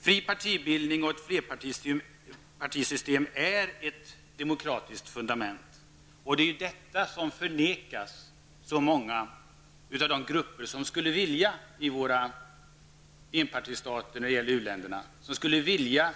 Fri partibildning och ett flerpartisystem är ett demokratiskt fundament. Det är detta som förvägras många av de grupper i u-ländernas enpartistater som skulle vilja